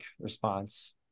response